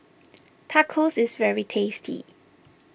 Tacos is very tasty